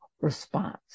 response